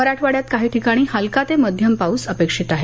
मराठवाङ्यात काही ठिकाणी हलका ते मध्यम पाऊस अपेक्षित आहे